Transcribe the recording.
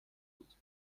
بود